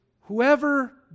whoever